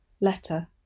Letter